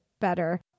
better